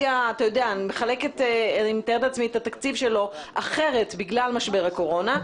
שאני מתארת לעצמי הוא מחלק את התקציב שלו אחרת בגלל משבר הקורונה,